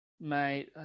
mate